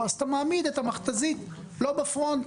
אז אתה מעמיד את המכת"זית לא בפרונט,